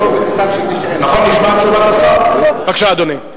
בכיסם של מי שאין להם.